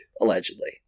allegedly